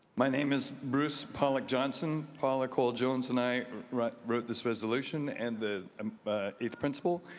my name is bruce pollack johnson. paula coal jones and i wrote wrote this resolution and the um eighth principle.